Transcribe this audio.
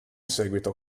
seguito